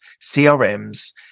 crms